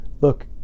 look